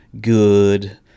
good